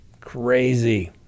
Crazy